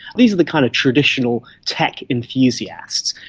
these are the kind of traditional tech enthusiasts.